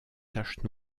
taches